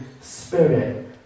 Spirit